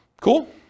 Cool